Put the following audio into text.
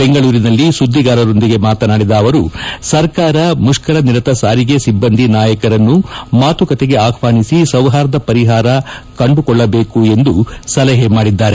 ಬೆಂಗಳೂರಿನಲ್ಲಿ ಸುದ್ದಿಗಾರರೊಂದಿಗೆ ಮಾತನಾಡಿದ ಅವರು ಸರ್ಕಾರ ಮುಷ್ಕರ ನಿರತ ಸಾರಿಗೆ ಸಿಬ್ಬಂದಿ ನಾಯಕರನ್ನು ಮಾತುಕತೆಗೆ ಆಹ್ವಾನಿಸಿ ಸೌಹಾರ್ದ ಪರಿಹಾರ ಕಂಡುಕೊಳ್ಳಬೇಕು ಎಂದು ಸಲಹೆ ಮಾಡಿದ್ದಾರೆ